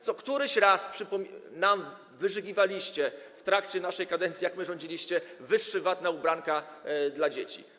Co któryś raz nam wyrzygiwaliście w trakcie naszej kadencji, jak my rządziliśmy: wyższy VAT na ubranka dla dzieci.